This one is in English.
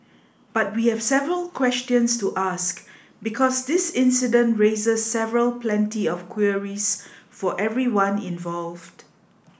but we have several questions to ask because this incident raises several plenty of queries for everyone involved